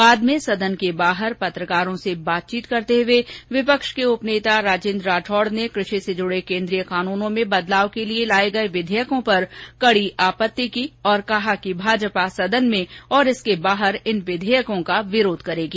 बाद में सदन के बाहर पत्रकारों से बातचीत करते हुये विपक्ष के उप नेता राजेन्द्र राठौड ने कृषि से जुड़े केन्द्रीय कानूनों में बदलाव के लिये लाये गये विधेयकों पर कड़ी आपत्ति की और कहा कि भाजपा सदन में और इसके बाहर इन विधेयकों का विरोध करेगी